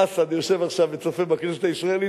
אסד יושב עכשיו וצופה בטלוויזיה הישראלית,